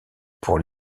pour